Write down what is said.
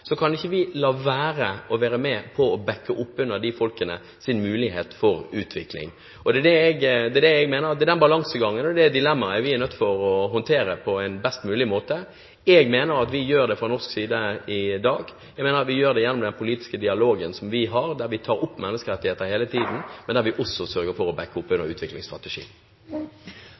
kan vi ikke la være å bakke opp under disse folkenes mulighet for utvikling. Det er det dilemmaet og den balansegangen vi er nødt til å håndtere på en best mulig måte. Jeg mener at vi gjør det fra norsk side i dag. Jeg mener vi gjør det gjennom den politiske dialogen vi har, der vi hele tiden ikke bare tar opp menneskerettigheter, men også sørger for å bakke opp